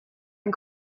and